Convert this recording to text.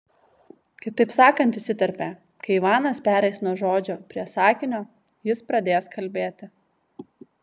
kitaip sakant įsiterpė kai ivanas pereis nuo žodžio prie sakinio jis pradės kalbėti